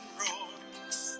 roars